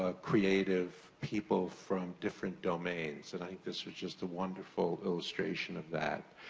ah creative people from different domains. and i think this was just a wonderful illustration of that.